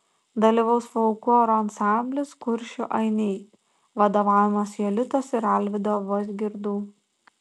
dalyvaus folkloro ansamblis kuršių ainiai vadovaujamas jolitos ir alvydo vozgirdų